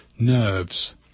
nerves